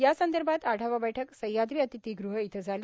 यासंदर्भात आढावा बैठक सह्याद्री अतिथीगृह इथं झाली